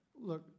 look